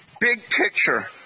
big-picture